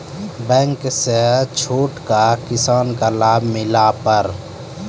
Bank से छूट का किसान का लाभ मिला पर?